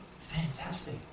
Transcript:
fantastic